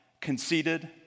conceited